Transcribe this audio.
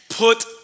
Put